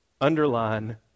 Underline